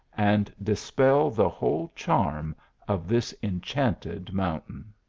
and dispel the whole charm of this enchanted mountain.